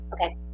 Okay